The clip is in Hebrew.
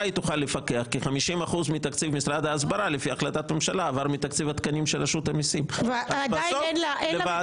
9. מי נגד?